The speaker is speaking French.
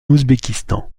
ouzbékistan